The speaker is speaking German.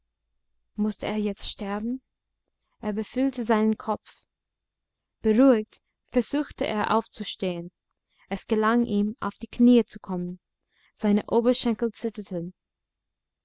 mußte er jetzt sterben er befühlte seinen kopf beruhigt versuchte er aufzustehen es gelang ihm auf die knie zu kommen seine oberschenkel zitterten